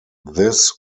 this